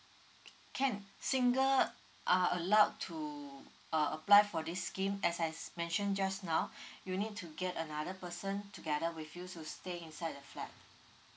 can single uh are allowed to uh apply for this scheme as I s~ mention just now you need to get another person together with you to stay inside the flat